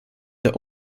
der